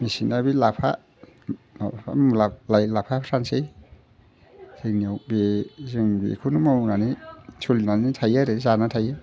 मेसेंना बे लाफा लाइ लाफाफ्रानोसै जोंनियाव बे जों बेखौनो मावनानै सोलिनानै थायो आरो जानानै थायो